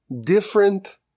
different